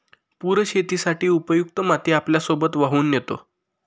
पूर शेतीसाठी उपयुक्त माती आपल्यासोबत वाहून नेतो